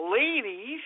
ladies